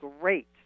great